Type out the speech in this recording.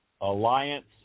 alliance